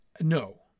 no